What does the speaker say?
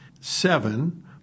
Seven